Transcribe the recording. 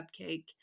cupcake